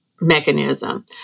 mechanism